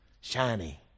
Shiny